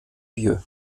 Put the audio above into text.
vieux